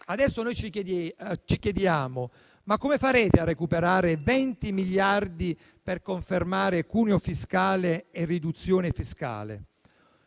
Adesso ci chiediamo come farete a recuperare 20 miliardi per confermare cuneo fiscale e riduzione fiscale.